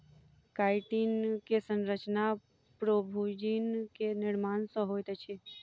chitin के संरचना प्रोभूजिन के निर्माण सॅ होइत अछि